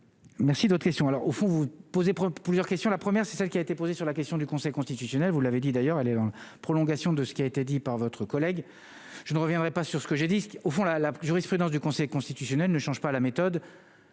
merci de votre question, alors, au fond vous poser problème, plusieurs questions : la première, c'est celle qui a été posée sur la question du Conseil constitutionnel, vous l'avez dit, d'ailleurs, elle est dans la prolongation de ce qui a été dit par votre collègue, je ne reviendrai pas sur ce que j'ai dit au fond la la jurisprudence du Conseil constitutionnel ne change pas la méthode